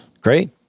Great